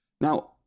Now